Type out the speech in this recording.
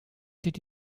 did